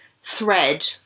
thread